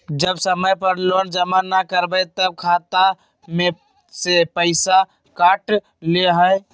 जब समय पर लोन जमा न करवई तब खाता में से पईसा काट लेहई?